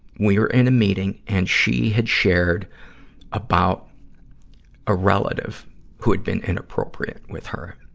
we were in a meeting and she had shared about a relative who had been inappropriate with her.